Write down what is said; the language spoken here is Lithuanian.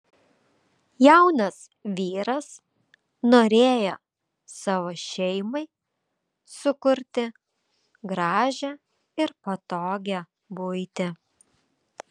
jaunas vyras norėjo savo šeimai sukurti gražią ir patogią buitį